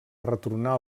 retornar